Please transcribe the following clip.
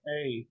Hey